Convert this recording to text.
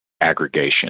aggregation